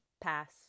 Pass